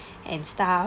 and stuff